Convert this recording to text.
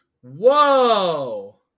Whoa